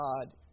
God